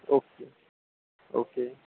okay okay